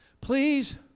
Please